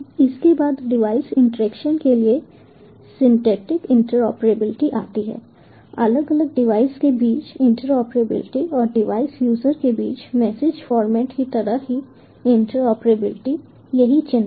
इसके बाद device interaction के लिए सिंटैक्टिक इंटरऑपरेबिलिटी आती है अलग अलग डिवाइस के बीच इंटरऑपरेबिलिटी और डिवाइस यूजर के बीच मैसेज फॉरमेट की तरह की इंटरऑपरेबिलिटी यही चिंता है